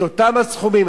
את אותם הסכומים,